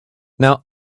now